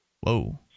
Whoa